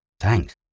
Thanks